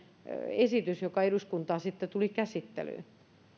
esitys joka eduskuntaan tuli käsittelyyn